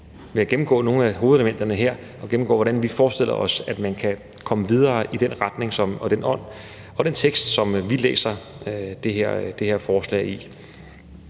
jeg gennemgå nogle af hovedelementerne her – og gennemgå, hvordan vi forestiller os man kan komme videre i den retning og den ånd, som vi læser i forslagets